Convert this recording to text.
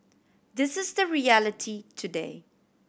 this is the reality today